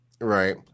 right